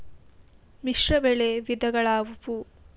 ಮಿಶ್ರಬೆಳೆ ವಿಧಗಳಾವುವು?